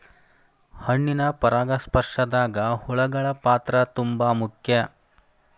ಹಣ್ಣಿನ ಪರಾಗಸ್ಪರ್ಶದಾಗ ಹುಳಗಳ ಪಾತ್ರ ತುಂಬಾ ಮುಖ್ಯ